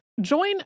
Join